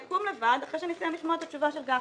אני אקום לבד אחרי שאני אסיים לשמוע את התשובה של גפני.